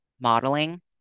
modeling